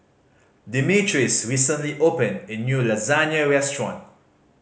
Demetrios recently opened a new Lasagne Restaurant